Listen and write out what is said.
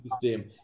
system